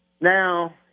now